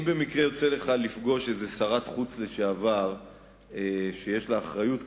אם במקרה יוצא לך לפגוש איזו שרת חוץ לשעבר שיש לה אחריות,